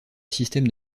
systèmes